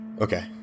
Okay